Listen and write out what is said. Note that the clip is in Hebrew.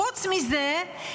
חוץ מזה,